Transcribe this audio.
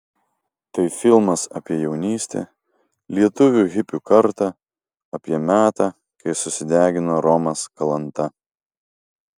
tai filmas apie jaunystę lietuvių hipių kartą apie metą kai susidegino romas kalanta